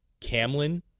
Camlin